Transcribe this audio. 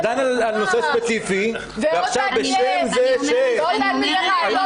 דנו על נושא ספציפי ועכשיו בשם זה שחלילה